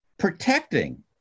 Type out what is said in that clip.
Protecting